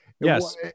yes